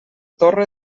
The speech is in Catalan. torre